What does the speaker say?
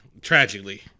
tragically